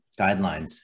guidelines